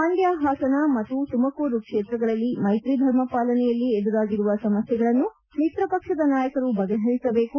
ಮಂಡ್ಯ ಹಾಸನ ಮತ್ತು ತುಮಕೂರು ಕ್ಷೇತ್ರಗಳಲ್ಲಿ ಮೈತ್ರಿ ಧರ್ಮ ಪಾಲನೆಯಲ್ಲಿ ಎದುರಾಗಿರುವ ಸಮಸ್ಥೆಗಳನ್ನು ಮಿತ್ರ ಪಕ್ಷದ ನಾಯಕರು ಬಗೆಹರಿಸಬೇಕು